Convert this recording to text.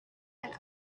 and